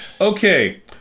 Okay